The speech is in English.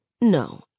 No